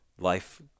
Life